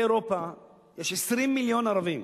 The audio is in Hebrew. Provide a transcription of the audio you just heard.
באירופה יש 20 מיליון ערבים,